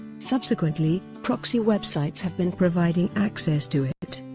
subsequently, proxy websites have been providing access to it.